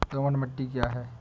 दोमट मिट्टी क्या है?